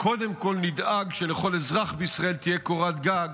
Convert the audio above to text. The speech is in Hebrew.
שקודם כול נדאג שלכל אזרח בישראל תהיה קורת גג,